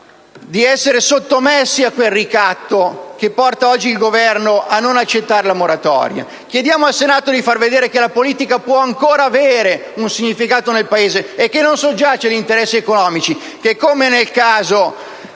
di essere sottomessi a quel ricatto che induce oggi il Governo a non accettare la moratoria. Chiediamo al Senato di far vedere che la politica può ancora avere un significato nel Paese e che non soggiace agli interessi economici che, come nel caso